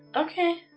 okay.